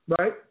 Right